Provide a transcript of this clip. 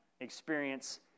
experience